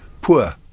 Poor